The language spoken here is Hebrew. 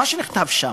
מה שנכתב שם.